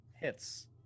hits